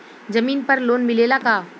जमीन पर लोन मिलेला का?